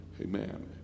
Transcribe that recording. Amen